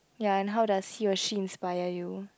ya and how does he or she inspire you